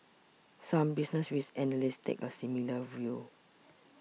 some business risk analysts take a similar view